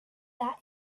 that